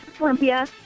Olympia